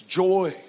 joy